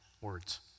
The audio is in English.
words